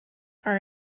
are